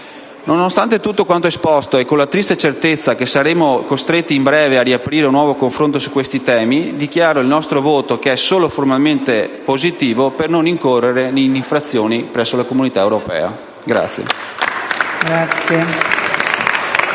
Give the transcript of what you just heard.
Nonostante tutto quanto è stato esposto e con la triste certezza che saremo costretti in breve a riaprire un nuovo confronto su questi temi, dichiaro il nostro voto che è solo formalmente favorevole per non incorrere in procedure d'infrazione presso l'Unione europea.